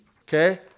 okay